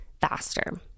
faster